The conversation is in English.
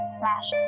slash